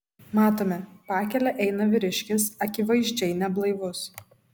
matome pakele eina vyriškis akivaizdžiai neblaivus